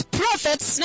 prophets